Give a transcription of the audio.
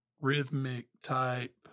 rhythmic-type